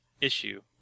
issue